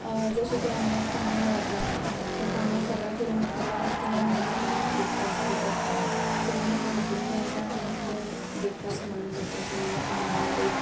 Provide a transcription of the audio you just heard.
जशें की हांव कामां वता सो कामाक सकाळ फुडें म्हाका टायम नासता ब्रेकफास्ट बी करपाक सो हांव म्हाका हातींक मेळटा ते ब्रेकफास्ट म्हणून करता सो म्हळ्यार एक